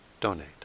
donate